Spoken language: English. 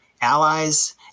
allies